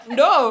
no